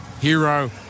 hero